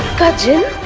got to